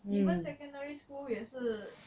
even secondary school 也是